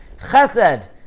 Chesed